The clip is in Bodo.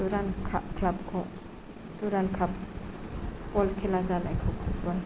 दुरान्द काप क्लाब खौ दुरान्द काप बल खेला जानायखौ